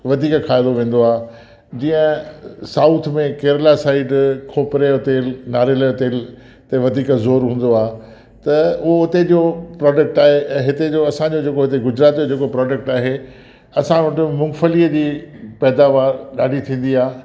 वधीक खाइबो वेंदो आहे जीअं साउथ में केरल साइड खोपरे जो तेल नारेल जो तेल ते वधीक ज़ोर हूंदो आहे त उहो हुते जो प्रोडक्ट आहे ऐं हिते जो असांजो जेको हिते गुजरात जो जेको प्रोडक्ट आहे असां वटि मूंगफलीअ जी पैदावारु ॾाढी थींदी आहे